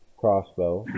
crossbow